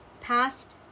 past